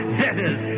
debtors